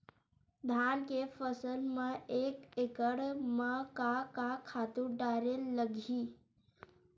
धान के फसल म एक एकड़ म का का खातु डारेल लगही?